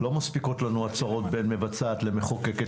כי לא מספיקות לנו הצרות בין מבצעת למחוקקת